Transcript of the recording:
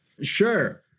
Sure